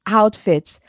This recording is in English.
outfits